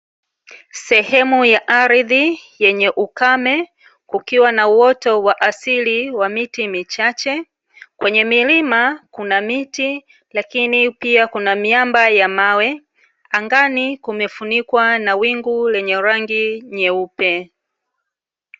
Sehemu ya ardhi yenye ukame ukiwa na uoto wa asili wa miti michache. Kwenye milima kuna miti lakini pia kuna miamba ya mawe. Angani kumefunikwa na wingu lenye rangi nyeupe.